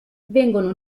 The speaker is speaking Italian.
vengono